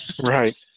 Right